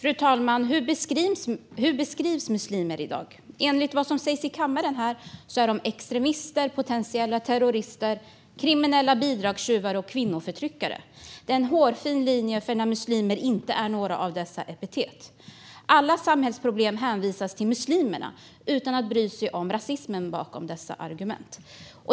Fru talman! Hur beskrivs muslimer i dag? Enligt vad som sägs här i kammaren är de extremister, potentiella terrorister, kriminella bidragstjuvar och kvinnoförtryckare. Det är en hårfin linje mellan när muslimer får några av dessa epitet och inte. Alla samhällsproblem hänförs till muslimerna utan att man bryr sig om rasismen bakom dessa argument.